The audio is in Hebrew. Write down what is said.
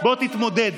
בוא תתמודד.